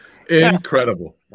Incredible